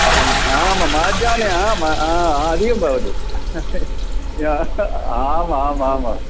आं मध्याह्ने आम् आम् आधिकं भवति आमाम्